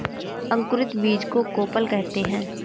अंकुरित बीज को कोपल कहते हैं